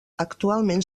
actualment